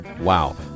wow